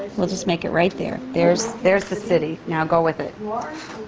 we'll just make it right there. there's there's the city. now go with it.